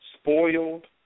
spoiled